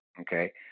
okay